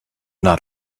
not